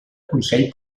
consell